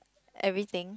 everything